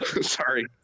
Sorry